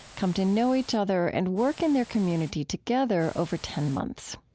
come to know each other and work in their community together over ten months.